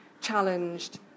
challenged